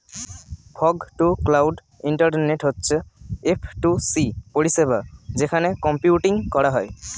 fog to cloud internet হচ্ছে F to C পরিষেবা যেখানে কম্পিউটিং করা হয়